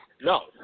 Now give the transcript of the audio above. No